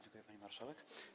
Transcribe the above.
Dziękuję, pani marszałek.